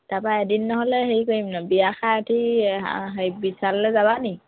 তাৰাপা এদিন নহ'লে হেৰি কৰিম ন বিয়া খাই উঠি হে বিছাললে যাবানি